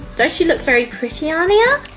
does she look very pretty ah annya.